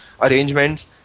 arrangements